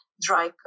dry